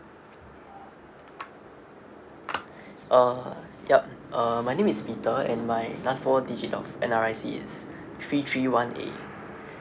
uh yup uh my name is peter and my last four digit of N_R_I_C is three three one A